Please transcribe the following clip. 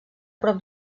prop